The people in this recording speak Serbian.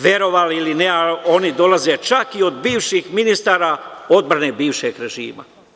Verovali ili ne, oni dolaze čak i od bivših ministara odbrane bivšeg režima.